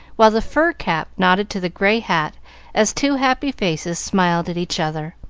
while the fur cap nodded to the gray hat as two happy faces smiled at each other.